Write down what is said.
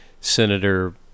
Senator